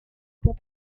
pour